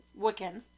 Wiccan